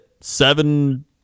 seven